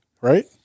right